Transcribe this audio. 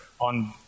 on